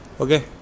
Okay